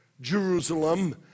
Jerusalem